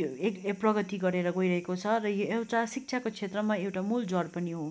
यो एक प्रगति गरेर गइरहेको छ र यो एउटा शिक्षाको क्षेत्रमा एउटा मूल जड पनि हो